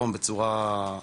יש תופעות נלוות לתופעה הזאת.